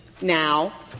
now